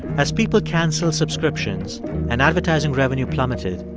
as people canceled subscriptions and advertising revenue plummeted,